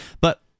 But-